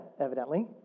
evidently